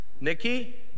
Nikki